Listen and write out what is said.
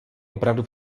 opravdu